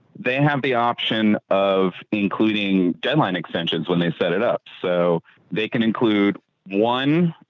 they have the option of including deadline extensions when they set it up. so they can include one,